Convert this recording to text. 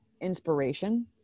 inspiration